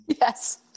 Yes